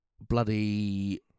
Bloody